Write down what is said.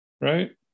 right